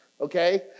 okay